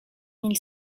mille